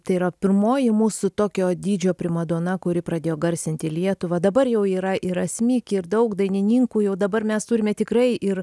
tai yra pirmoji mūsų tokio dydžio primadona kuri pradėjo garsinti lietuvą dabar jau yra ir asmik ir daug dainininkų jau dabar mes turime tikrai ir